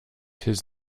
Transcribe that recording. his